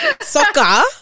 soccer